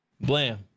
Blam